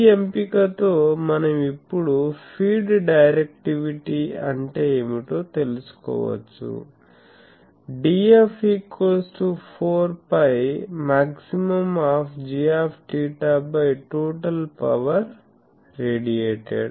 ఈ ఎంపికతో మనం ఇప్పుడు ఫీడ్ డైరెక్టివిటీ అంటే ఏమిటో తెలుసుకోవచ్చు Df maximum of total power radiated